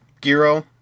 Giro